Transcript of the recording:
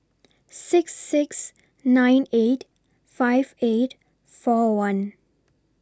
six six nine eight five eight four one